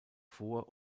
vor